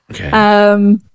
Okay